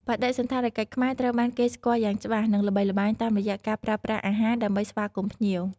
បដិសណ្ឋារកិច្ចខ្មែរត្រូវបានគេស្គាល់យ៉ាងច្បាស់ និងល្បីល្បាញតាមរយៈការប្រើប្រាស់អាហារដើម្បីស្វាគមន៍ភ្ញៀវ។